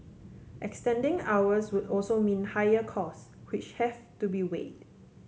extending hours would also mean higher costs which have to be weighed